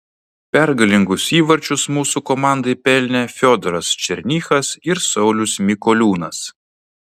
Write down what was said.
pergalingus įvarčius mūsų komandai pelnė fiodoras černychas ir saulius mikoliūnas